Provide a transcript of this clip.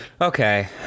Okay